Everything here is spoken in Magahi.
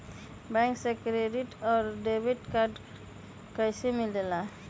बैंक से क्रेडिट और डेबिट कार्ड कैसी मिलेला?